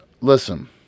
Listen